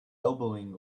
elbowing